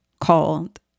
called